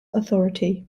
authority